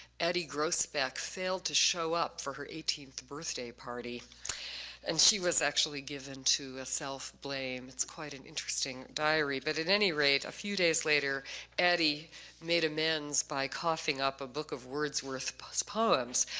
eddie grossbeck, failed to show up for her eighteenth birthday party and she was actually given to self-blame. it's quite an interesting diary. but at any rate a few days later eddie made amends by coughing up a book of wordsworth but poems.